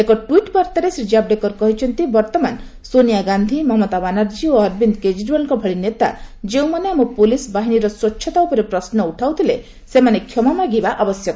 ଏକ ଟ୍ୱିଟ୍ ବାର୍ତ୍ତାରେ ଶ୍ରୀ କାବଡେକର କହିଛନ୍ତି ବର୍ତ୍ତମାନ ସୋନିଆ ଗାନ୍ଧୀ ମମତା ବାନାର୍ଜୀ ଓ ଅରବିନ୍ଦ କେଜରିଓ୍ବାଲଙ୍କ ଭଳି ନେତା ଯେଉଁମାନେ ଆମ ପୋଲିସ୍ବାହିନୀର ସ୍ୱଚ୍ଛତା ଉପରେ ପ୍ରଶ୍ମ ଉଠାଉଥିଲେ ସେମାନେ କ୍ଷମା ମାଗିବା ଆବଶ୍ୟକ